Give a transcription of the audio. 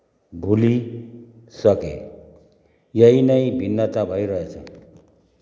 भुलिसके यही नै भिन्नता भइरहेछ